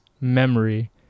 memory